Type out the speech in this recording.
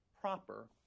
proper